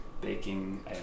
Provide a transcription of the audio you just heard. baking